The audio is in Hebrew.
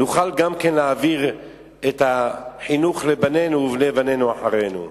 נוכל גם כן להעביר את החינוך לבנינו ובני-בנינו אחרינו.